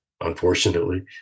unfortunately